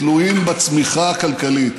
תלויים בצמיחה הכלכלית,